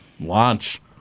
Launch